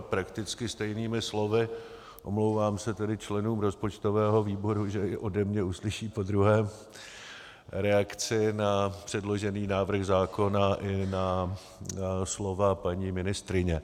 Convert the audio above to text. Prakticky stejnými slovy, omlouvám se tedy členům rozpočtového výboru, že i ode mě uslyší podruhé reakci na předložený návrh zákona i na slova paní ministryně.